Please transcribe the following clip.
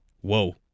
Whoa